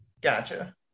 Gotcha